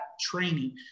training